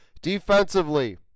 Defensively